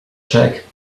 check